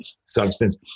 substance